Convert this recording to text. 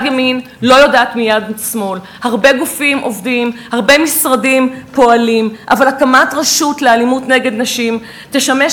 הלקמוס החשוב המצביע על השתלבות אמיתית בחברה,